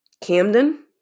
Camden